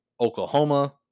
Oklahoma